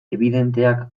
ebidenteak